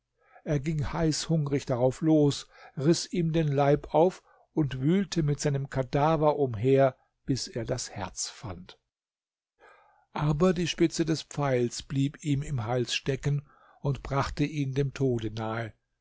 er ging heißhungrig darauf los riß ihm den leib auf und wühlte mit seinem kadaver umher bis er das herz fand aber die spitze des pfeils blieb ihm im hals stecken und brachte ihn dem tod nahe